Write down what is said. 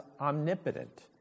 omnipotent